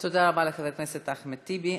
תודה רבה לחבר הכנסת אחמד טיבי.